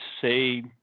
say